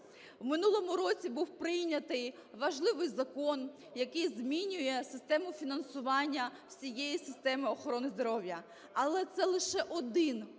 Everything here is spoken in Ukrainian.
В минулому році був прийнятий важливий закон, який змінює систему фінансування всієї системи охорони здоров'я, але це лише один, один